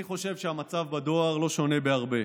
אני חושב שהמצב בדואר לא שונה בהרבה.